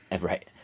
Right